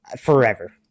forever